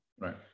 Right